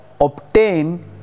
obtain